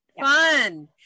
fun